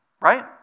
right